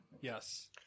Yes